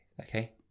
Okay